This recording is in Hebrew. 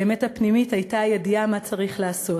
האמת הפנימית הייתה הידיעה מה צריך לעשות,